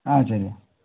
ஆ சரிய்யா